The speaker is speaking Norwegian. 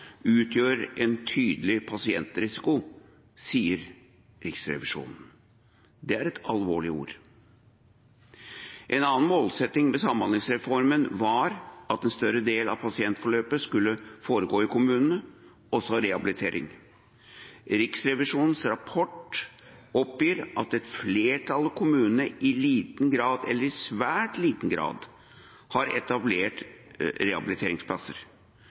utgjør en tydelig pasientsikkerhetsrisiko, mener Riksrevisjonen. Det er et alvorlig ord. En annen målsetting med samhandlingsreformen var at en større del av pasientforløpet skulle foregå i kommunene, også rehabilitering. Riksrevisjonens rapport oppgir at et flertall av kommunene i liten grad – eller i svært liten grad – har etablert rehabiliteringsplasser.